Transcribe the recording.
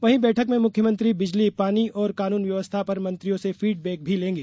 वहीं बैठक में मुख्यमंत्री बिजली पानी और कानून व्यवस्था पर मंत्रियों से फीडबैक भी लेंगे